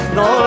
no